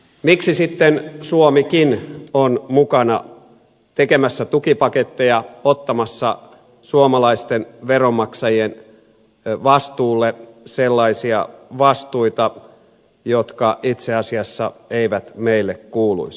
miksi sitten suomikin on mukana tekemässä tukipaketteja ottamassa suomalaisten veronmaksajien vastuulle sellaisia vastuita jotka itse asiassa eivät meille kuuluisi